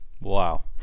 wow